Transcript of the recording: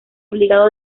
obligado